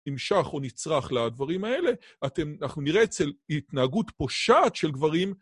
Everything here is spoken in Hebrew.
נמשך או נצרך לדברים האלה. אתם... אנחנו נראה אצל התנהגות פושעת של גברים